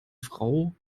frau